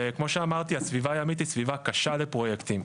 וכמו שאמרתי הסביבה הימית היא סביבה קשה לפרויקטים.